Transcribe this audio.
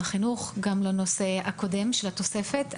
החינוך בנושא התוספת,